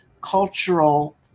cultural